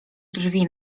drzwi